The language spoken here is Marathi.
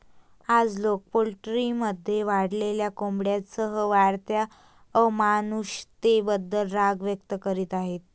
आज, लोक पोल्ट्रीमध्ये वाढलेल्या कोंबड्यांसह वाढत्या अमानुषतेबद्दल राग व्यक्त करीत आहेत